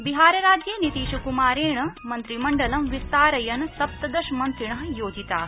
बिहारराज्ये नीतीशकुमारेण मन्त्रिमण्डलं विस्तारयन् सप्तदशमन्त्रिण योजिता